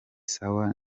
sawa